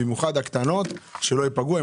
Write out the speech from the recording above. במיוחד הקטנות שלא ייפגעו,